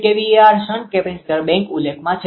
આ 300kVAr shunt capacitor bank ઉલ્લેખમાં છે